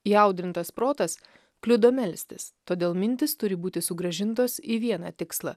įaudrintas protas kliudo melstis todėl mintys turi būti sugrąžintos į vieną tikslą